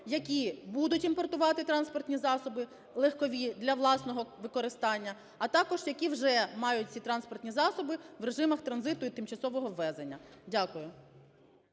які будуть імпортувати транспортні засоби легкові для власного використання, а також, які вже мають ці транспортні засоби в режимах транзиту і тимчасового ввезення. Дякую.